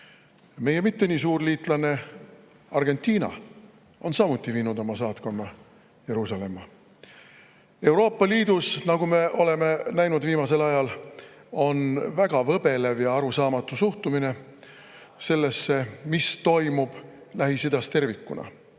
Meie mitte nii suur liitlane Argentiina on samuti viinud oma saatkonna Jeruusalemma. Euroopa Liidus, nagu me oleme viimasel ajal näinud, on väga võbelev ja arusaamatu suhtumine sellesse, mis toimub Lähis-Idas tervikuna.